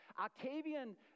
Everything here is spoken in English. Octavian